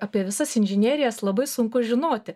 apie visas inžinerijas labai sunku žinoti